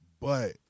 But-